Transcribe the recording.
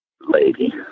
lady